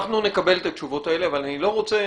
אנחנו נקבל את התשובות האלה אבל אני לא רוצה